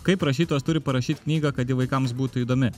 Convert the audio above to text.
kaip rašytojas turi parašyt knygą kad ji vaikams būtų įdomi